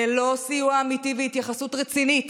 ללא סיוע אמיתי והתייחסות רצינית